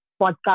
podcast